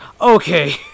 Okay